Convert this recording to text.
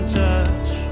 touch